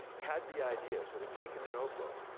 had the ideas, had been taking the notebooks.